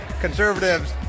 conservatives